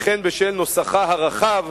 וכן בשל נוסחה הרחב,